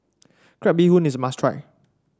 Crab Bee Hoon is a must try